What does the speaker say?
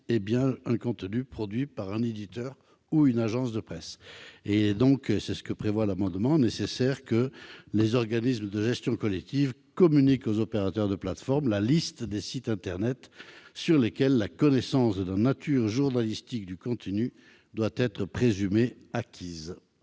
est un contenu produit par un éditeur ou une agence de presse. Il est donc nécessaire que les organismes de gestion collective communiquent aux opérateurs de plateforme la liste des sites internet, sur lesquels la connaissance de la nature journalistique du contenu doit être présumée acquise.